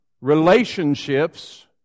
relationships